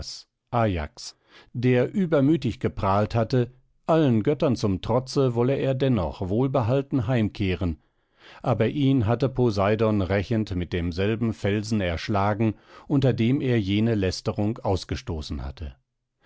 ajax der übermütig geprahlt hatte allen göttern zum trotze wolle er dennoch wohlbehalten heimkehren aber ihn hatte poseidon rächend mit demselben felsen erschlagen unter dem er jene lästerung ausgestoßen hatte